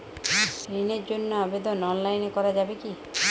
ঋণের জন্য আবেদন অনলাইনে করা যাবে কি?